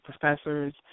professors